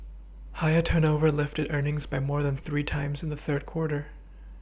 higher turnover lifted earnings by more than three times in the third quarter